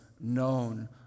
known